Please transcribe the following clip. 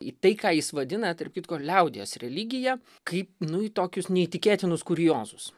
į tai ką jis vadina tarp kitko ir liaudies religija kaip nu į tokius neįtikėtinus kuriozus